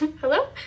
hello